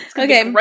okay